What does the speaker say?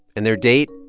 and their date,